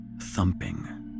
thumping